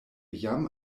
jam